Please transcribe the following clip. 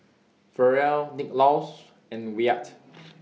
Ferrell Nicklaus and Wyatt